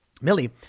Millie